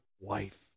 wife